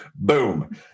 Boom